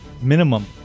minimum